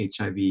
hiv